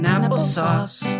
Applesauce